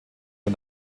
der